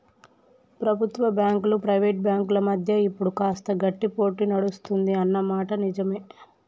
ప్రభుత్వ బ్యాంకులు ప్రైవేట్ బ్యాంకుల మధ్య ఇప్పుడు కాస్త గట్టి పోటీ నడుస్తుంది అన్న మాట నిజవే